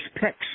picks